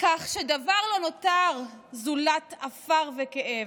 כך שדבר לא נותר זולת עפר וכאב.